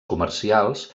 comercials